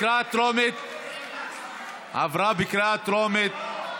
עברה בקריאה טרומית.